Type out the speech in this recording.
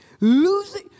losing